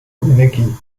energie